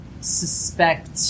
suspect